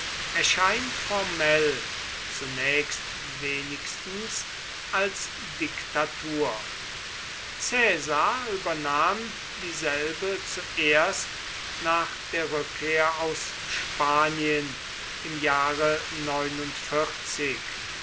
erscheint formell zunächst wenigstens als diktatur caesar übernahm dieselbe zuerst nach der rückkehr aus spanien im jahre